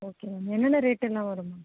ஓகேம்மா என்னென்ன ரேட்டெலெலாம் வரும்மா